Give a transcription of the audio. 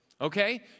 okay